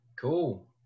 Cool